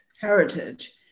heritage